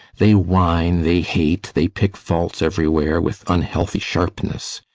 they whine, they hate, they pick faults everywhere with unhealthy sharpness.